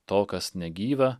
to kas negyva